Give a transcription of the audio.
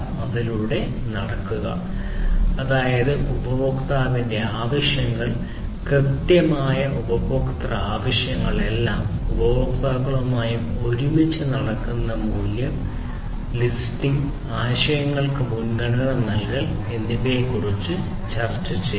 അതിലൂടെ നടക്കുക അതായത് ഉപഭോക്താവിന്റെ ആവശ്യങ്ങൾ കൃത്യമായ ഉപഭോക്തൃ ആവശ്യകതകൾ എല്ലാ ഉപഭോക്താക്കളുമായും ഒരുമിച്ച് നടക്കുന്നവരുടെ മൂല്യം ഉപഭോക്താവിനൊപ്പം ലിസ്റ്റിംഗ് ആശയങ്ങൾക്ക് മുൻഗണന നൽകൽ എന്നിവയെക്കുറിച്ച് ചർച്ച ചെയ്യുക